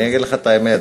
אני אגיד לך את האמת,